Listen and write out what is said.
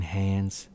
hands